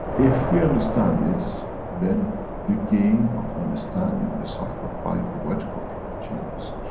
if we understand this, then the game of understanding the cycle of life for vertical people changes.